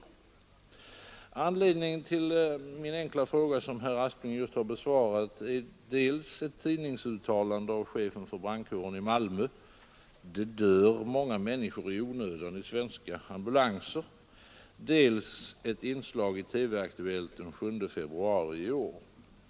Anledningen till min enkla fråga, som herr Aspling just har besvarat, är dels ett tidningsuttalande av chefen för brandkåren i Malmö: ”Det dör många människor i onödan i svenska ambulanser”, dels ett inslag i TV-Aktuellt den 7 februari i år.